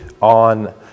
on